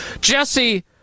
Jesse